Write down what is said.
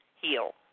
heal